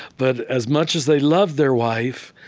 but as much as they love their wife,